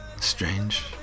Strange